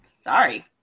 Sorry